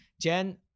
Jen